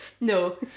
No